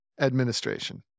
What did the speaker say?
administration